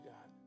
God